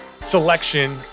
selection